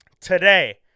today